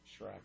Shrek